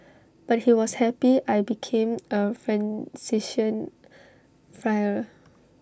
but he was happy I became A Franciscan Friar